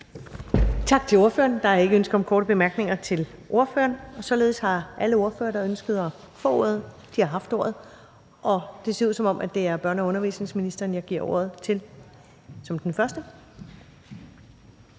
Tak til ordføreren. Der er ikke ønske om korte bemærkninger til ordføreren, og således har alle ordførere, der ønskede at få ordet, haft ordet, og det ser ud, som om det er børne- og undervisningsministeren, jeg giver ordet til som den første.